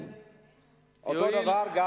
אותו דבר גם